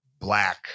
Black